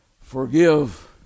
forgive